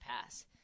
pass